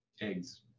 Eggs